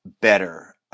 better